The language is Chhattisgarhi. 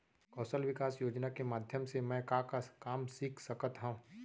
कौशल विकास योजना के माधयम से मैं का का काम सीख सकत हव?